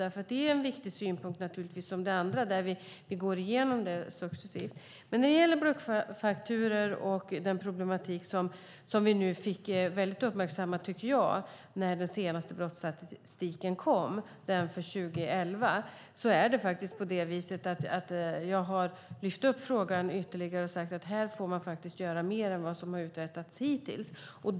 Det är naturligtvis en viktig synpunkt, liksom de andra. Vi går nu igenom dem successivt. När det gäller bluffakturor och den problematik som vi på ett tydligt sätt blev uppmärksammade på när den senaste brottsstatistiken kom, den för 2011, har jag lyft upp frågan ytterligare och sagt att här får man göra mer än vad som uträttats hittills.